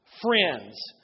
friends